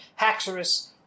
Haxorus